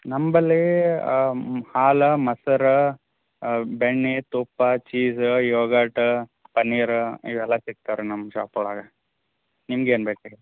ನಂಬಳಿ ಹಾಲು ಮೊಸರು ಬೆಣ್ಣೆ ತುಪ್ಪ ಚೀಸ್ ಯೋಗಾಟ್ ಪನ್ನೀರ್ ಇವೆಲ್ಲ ಸಿಕ್ತಾವೆ ರೀ ನಮ್ಮ ಶಾಪ್ ಒಳಗೆ ನಿಮ್ಗೆ ಏನು ಬೇಕು ರೀ